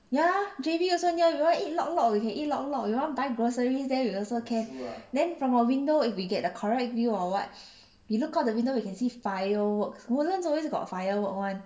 ya J_B also near you all eat lok lok you can eat lok lok you want buy groceries there you also can then from our window if we get the correct view or what we look out the window we can see fireworks woodlands always got fireworks [one]